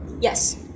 Yes